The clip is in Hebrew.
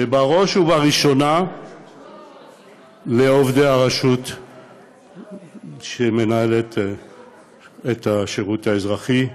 ובראש ובראשונה לעובדי הרשות שמנהלת את השירות האזרחי,